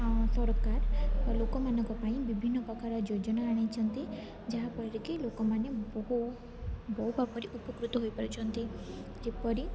ସରକାର ଲୋକମାନଙ୍କ ପାଇଁ ବିଭିନ୍ନ ପ୍ରକାର ଯୋଜନା ଆଣିଛନ୍ତି ଯାହା ପରେ କି ଲୋକମାନେ ବହୁ ବହୁ ଭାବରେ ଉପକୃତ ହୋଇପାରୁଛନ୍ତି ଯେପରି